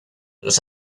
los